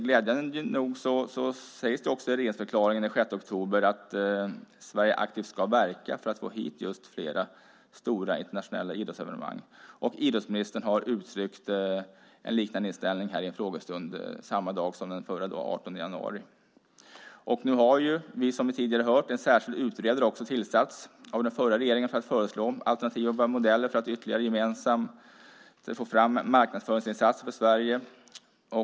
Glädjande nog sägs det också i regeringsförklaringen från den 6 oktober att Sverige aktivt ska verka för att få hit fler stora internationella idrottsevenemang, och idrottsministern har uttryckt en liknande inställning vid en frågestund den 18 januari. Som vi tidigare hört har en särskild utredare tillsatts av den förra regeringen för att föreslå alternativa modeller för att få fram marknadsföringsinsatser för Sverige.